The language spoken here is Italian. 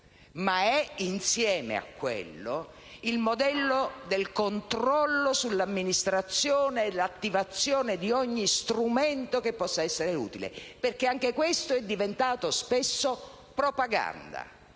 ma è, insieme a quello, il modello del controllo sull'amministrazione e dell'attivazione di ogni strumento che possa essere utile, perché anche questo è diventato spesso propaganda.